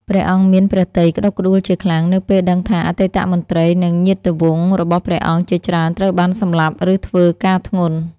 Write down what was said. ព្រះអង្គមានព្រះទ័យក្តុកក្តួលជាខ្លាំង នៅពេលដឹងថាអតីតមន្ត្រី និងញាតិវង្សរបស់ព្រះអង្គជាច្រើនត្រូវបានសម្លាប់ ឬធ្វើការធ្ងន់។